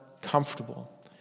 comfortable